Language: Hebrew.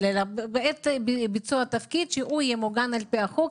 אלא בעת ביצוע תפקיד שהוא יהיה מוגן על פי החוק.